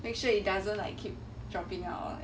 make sure it doesn't like keep dropping out